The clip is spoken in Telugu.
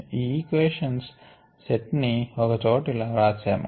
ఈ ఈక్వేషన్స్ సెట్ ని ఒక చోట ఇలా వ్రాశాము